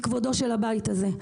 מכבודו של הבית הזה.